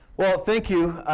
well, thank you.